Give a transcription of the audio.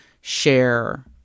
share